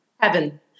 Heaven